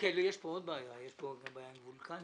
יש פה בעיה גם עם מכון וולקני.